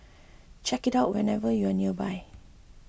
check it out whenever you are nearby